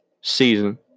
season